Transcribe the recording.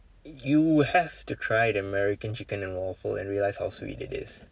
you have to try the american chicken and waffle and realise how sweet it is